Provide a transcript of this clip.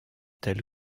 tel